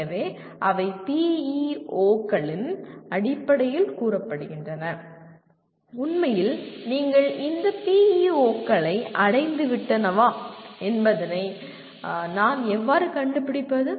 எனவே அவை PEO களின் அடிப்படையில் கூறப்படுகின்றன உண்மையில் நீங்கள் இந்த PEO களை அடைந்துவிட்டனவா என்பதை நான் எவ்வாறு கண்டுபிடிப்பது